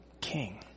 king